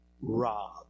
rob